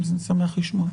מרצדס.